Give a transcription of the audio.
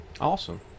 Awesome